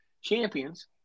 Champions